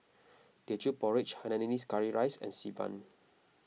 Teochew Porridge Hainanese Curry Rice and Xi Ban